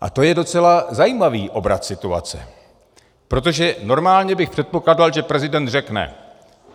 A to je docela zajímavý obrat situace, protože normálně bych předpokládal, že prezident řekne